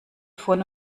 von